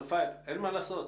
אבל אין מה לעשות,